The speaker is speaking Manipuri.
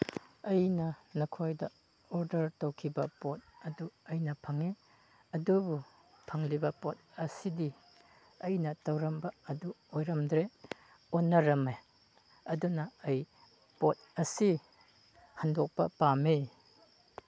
ꯑꯩꯅ ꯅꯈꯣꯏꯗ ꯑꯣꯔꯗꯔ ꯇꯧꯈꯤꯕ ꯄꯣꯠ ꯑꯗꯨ ꯑꯩꯅ ꯐꯪꯉꯤ ꯑꯗꯨꯕꯨ ꯐꯪꯂꯤꯕ ꯄꯣꯠ ꯑꯁꯤꯗꯤ ꯑꯩꯅ ꯇꯧꯔꯝꯕ ꯑꯗꯨ ꯑꯣꯏꯔꯝꯗ꯭ꯔꯦ ꯑꯣꯟꯅꯔꯝꯃꯦ ꯑꯗꯨꯅ ꯑꯩ ꯄꯣꯠ ꯑꯁꯤ ꯍꯟꯗꯣꯛꯄ ꯄꯥꯝꯃꯤ